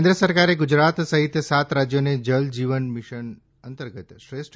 કેન્દ્ર સરકારે ગુજરાત સહિત સાત રાજ્યોને જલ જીવન મિશન અંતર્ગત શ્રેષ્ઠ